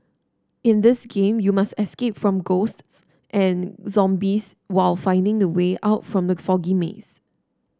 in this game you must escape from ghosts and zombies while finding the way out from the foggy maze